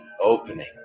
Opening